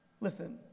Listen